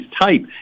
type